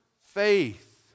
faith